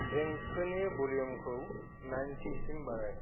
देंखोनि भलिउमखौ नाइन्टिसिम बाराय